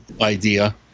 idea